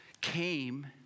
came